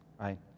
right